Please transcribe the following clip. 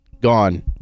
Gone